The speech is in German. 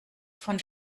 von